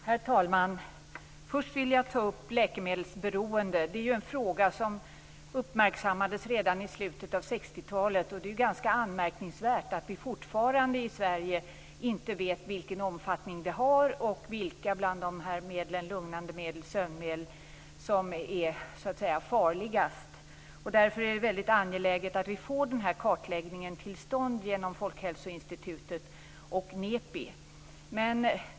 Herr talman! Först vill jag ta upp läkemedelsberoende. Det är en fråga som uppmärksammades redan i slutet av 60-talet. Det är ganska anmärkningsvärt att vi fortfarande i Sverige inte vet vilken omfattning det har och vilka lugnande medel och sömnmedel som är farligast. Därför är det väldigt angeläget att vi får till stånd denna kartläggning genom Folkhälsoinstitutet och Nepi.